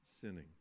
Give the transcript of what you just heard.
sinning